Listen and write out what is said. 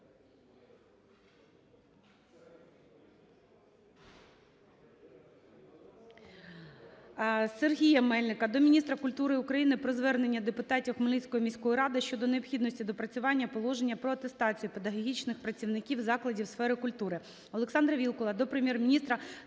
Сергія Мельника до міністра культури України про звернення депутатів Хмельницької міської ради щодо необхідності доопрацювання положення про атестацію педагогічних працівників закладів сфери культури. Олександра Вілкула до Прем'єр-міністра